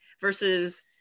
versus